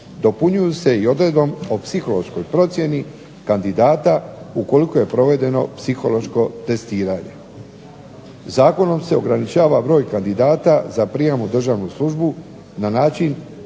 dopunjuju se odredbom o psihološkoj procjeni kandidata ukoliko je provedeno psihološko testiranje. Zakonom se ograničava broj kandidata za prijem u državnu službu na način